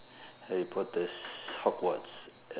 harry potter's hogwarts